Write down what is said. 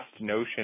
notion